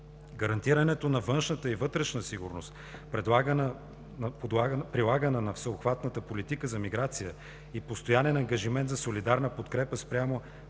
Гарантирането на външната и вътрешна сигурност, прилагане на всеобхватната политика за миграция и постоянен ангажимент за солидарна подкрепа спрямо